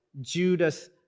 Judas